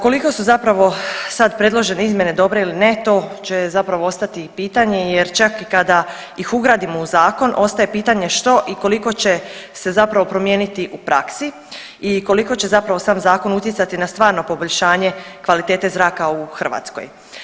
Koliko su zapravo sad predložene izmjene dobre ili ne to će zapravo ostati pitanje jer čak i kada ih ugradimo u zakon ostaje pitanje što i koliko će se zapravo promijeniti u praksi i koliko će zapravo sam zakon utjecati na stvarno poboljšanje kvalitete zraka u Hrvatskoj.